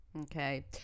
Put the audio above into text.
Okay